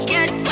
Get